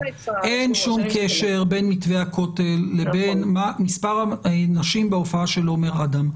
אין שום קשר בין מתווה הכותל לבין מספר האנשים בהופעה של עומר אדם,